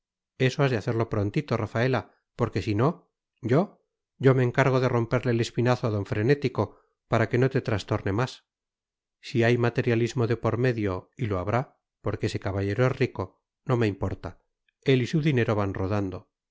eso has de hacerlo prontito rafaela porque si no yo yo me encargo de romperle el espinazo al don frenético para que no te trastorne más si hay materialismo de por medio y lo habrá porque ese caballero es rico no me importa él y su dinero van rodando